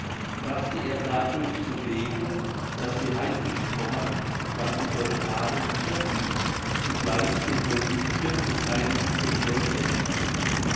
brachte er dadurch zuwege daß die heidnischen pommern weil sie vor dem hahne niederfielen zugleich den reliquien des heiligen verehrung erwiesen